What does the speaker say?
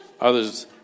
others